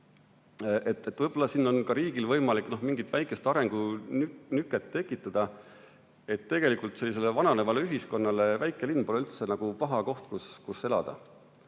Võib-olla siin on ka riigil võimalik mingit väikest arengunüket tekitada, sest tegelikult sellisele vananevale ühiskonnale väike linn pole üldse paha koht, kus elada.